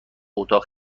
اتاق